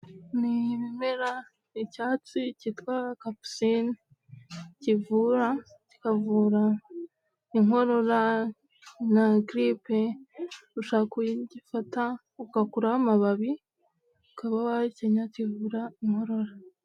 Ni ibimera, icyatsi cyitwa kapusinine kivura, kikavura inkorora na giripe, ushobora kugingifata ugakuraho amababi, ukaba wahekenya kivura inkorora.